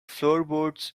floorboards